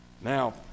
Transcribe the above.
Now